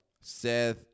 Seth